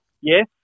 Yes